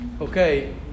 Okay